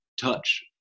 touch